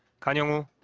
hyeong-woo,